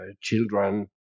children